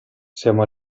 siamo